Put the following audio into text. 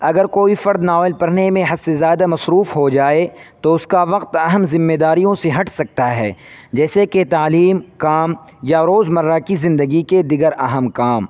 اگر کوئی فرد ناول پڑھنے میں حد سے زیادہ مصروف ہو جائے تو اس کا وقت اہم ذمے داریوں سے ہٹ سکتا ہے جیسے کہ تعلیم کام یا روزمرہ کی زندگی کے دیگر اہم کام